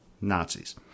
Nazis